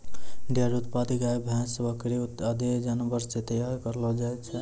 dairy उत्पाद गाय, भैंस, बकरी आदि जानवर सें तैयार करलो जाय छै